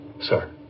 sir